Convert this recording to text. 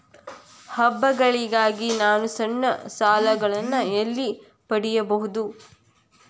ಹಬ್ಬಗಳಿಗಾಗಿ ನಾನು ಸಣ್ಣ ಸಾಲಗಳನ್ನು ಎಲ್ಲಿ ಪಡೆಯಬಹುದು?